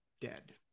dead